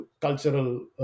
cultural